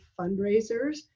fundraisers